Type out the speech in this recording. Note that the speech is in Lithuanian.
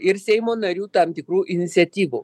ir seimo narių tam tikrų iniciatyvų